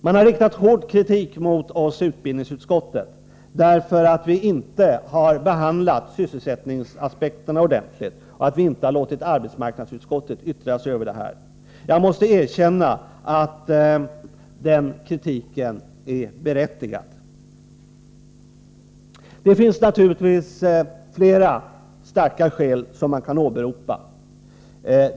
Man har riktat hård kritik mot oss i utbildningsutskottet för att vi inte tillräckligt har diskuterat sysselsättningsaspekterna och inte låtit arbetsmarknadsutskottet yttra sig över förslaget. Jag måste erkänna att den kritiken är berättigad. Ytterligare ett antal starka skäl emot en nedläggning av Malmöenheten kan naturligtvis åberopas.